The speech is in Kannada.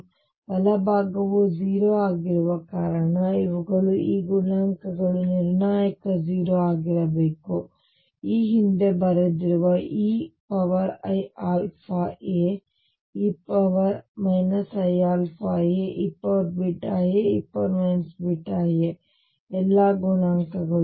ಈಗ ಬಲಭಾಗವು 0 ಆಗಿರುವ ಕಾರಣ ಇವುಗಳು ಈ ಗುಣಾಂಕಗಳ ನಿರ್ಣಾಯಕ 0 ಆಗಿರಬೇಕು ನಾವು ಈ ಹಿಂದೆ ಬರೆದಿರುವ eiαa e iαa eβa e βa ಮತ್ತು ಎಲ್ಲಾ ಗುಣಾಂಕಗಳು